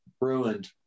ruined